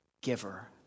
giver